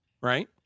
right